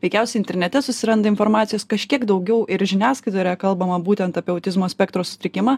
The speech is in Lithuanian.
veikiausiai internete susiranda informacijos kažkiek daugiau ir žiniasklaidoje yra kalbama būtent apie autizmo spektro sutrikimą